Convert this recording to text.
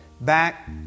Back